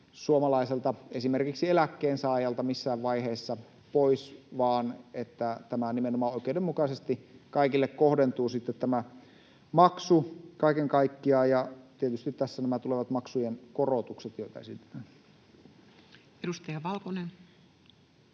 suomalaiselta eläkkeensaajalta missään vaiheessa pois, vaan tämä maksu nimenomaan oikeudenmukaisesti kaikille kohdentuu kaiken kaikkiaan ja tietysti tässä nämä tulevat maksujen korotukset, joita esitetään. Edustaja Valkonen.